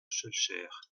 schœlcher